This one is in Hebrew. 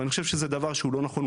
ואני חושב שזה דבר שהוא לא נכון.